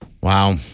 Wow